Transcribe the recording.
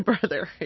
brother